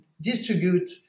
distribute